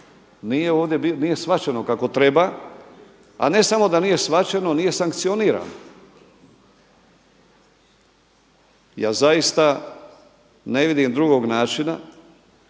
nije shvaćeno kako treba a ne samo da nije shvaćeno, nije sankcionirano. Ja zaista ne vidim drugog načina